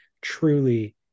truly